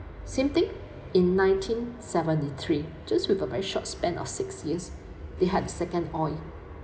same thing in nineteen seventy three just with a very short span of six years they had the second oil